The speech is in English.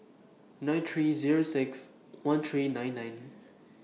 nine three Zero six one three nine nine